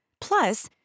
Plus